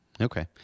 Okay